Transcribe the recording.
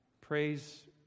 Praise